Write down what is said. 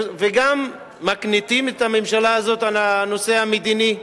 גם מקניטים את הממשלה הזאת בנושא המדיני,